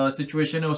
situation